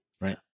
right